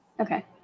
Okay